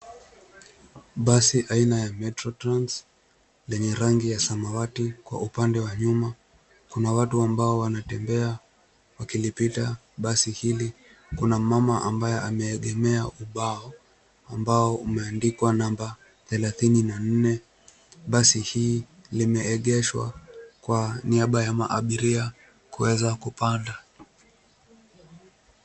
Basi aina ya "metro trans" lenye rangi ya samawati kwa upande wa nyuma. Kuna watu ambao wanatembea wakilipita basi hili. Kuna mama ambaye ameegemea ubao ambao umeendikwa namba thelathini na nne. Basi hii limeegeshwa kwa niaba ya maabiria kuweza kupanda.